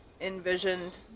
envisioned